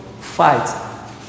fight